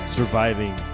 surviving